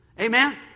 Amen